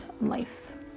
life